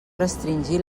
restringir